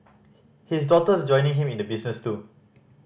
his daughter's joining him in the business too